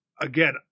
Again